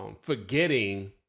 forgetting